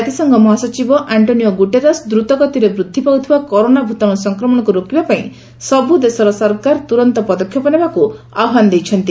ଜାତିସଂଘ ମହାସଚିବ ଆଖ୍ଜୋନିଓ ଗୁଟେରସ୍ ଦ୍ରୁତଗତିରେ ବୃଦ୍ଧି ପାଉଥିବା କରୋନା ଭୂତାଣୁ ସଂକ୍ରମଣକୁ ରୋକିବା ପାଇଁ ସବୁ ଦେଶର ସରକାର ତୁରନ୍ତ ପଦକ୍ଷେପ ନେବାକୁ ଆହ୍ୱାନ ଦେଇଛନ୍ତି